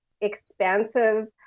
expansive